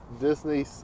Disney